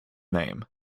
name